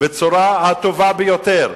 בצורה הטובה ביותר.